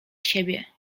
siebie